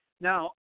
Now